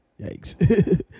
Yikes